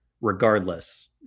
regardless